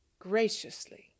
graciously